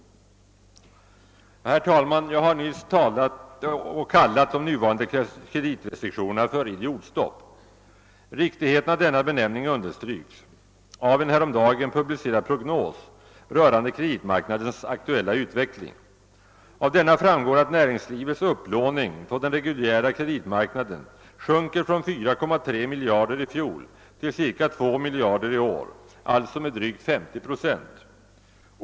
Herr talman! Jag har nyss kallat de nuvarande <kreditrestriktionerna för idiotstopp. Riktigheten av denna benämning understryks av en häromdagen publicerad prognos rörande kreditmarknadens aktuella utveckling. Av denna framgår att näringslivets upplåning på den reguljära kreditmarknaden sjunker från 4,3 miljarder kronor i fjol till ca 2 miljarder kronor i år, alltså med drygt 50 procent.